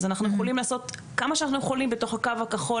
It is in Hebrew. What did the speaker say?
אז אנחנו יכולים לעשות כמה שאנחנו יכולים בתוך הקו הכחול,